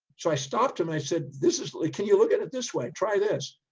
so i stopped him. i said, this is, can you look at it this way, try this.